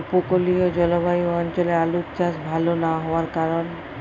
উপকূলীয় জলবায়ু অঞ্চলে আলুর চাষ ভাল না হওয়ার কারণ?